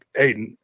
Aiden